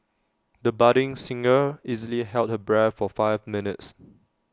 the budding singer easily held her breath for five minutes